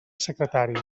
secretari